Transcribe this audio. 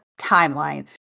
timeline